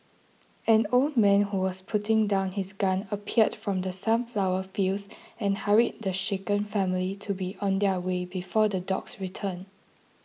an old man who was putting down his gun appeared from the sunflower fields and hurried the shaken family to be on their way before the dogs return